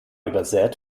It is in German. übersät